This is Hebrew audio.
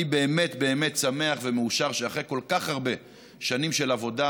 אני באמת באמת שמח ומאושר שאחרי כל כך הרבה שנים של עבודה,